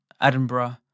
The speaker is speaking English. Edinburgh